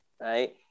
Right